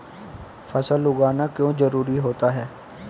फसल उगाना क्यों जरूरी होता है?